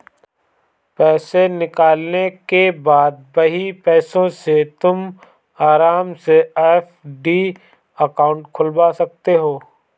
पैसे निकालने के बाद वही पैसों से तुम आराम से एफ.डी अकाउंट खुलवा सकते हो